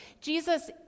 jesus